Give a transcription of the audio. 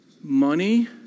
Money